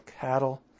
cattle